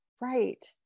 right